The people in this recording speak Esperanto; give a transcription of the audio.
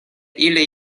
ili